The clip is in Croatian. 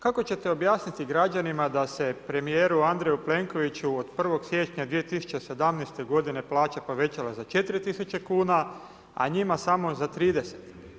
Kako ćete objasniti građanima da se premjeru Andreju Plenkoviću, od 1. siječnja 2017. g. plaća povećala za 4000 kn, a njima samo za 30.